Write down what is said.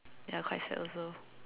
ya quite sad also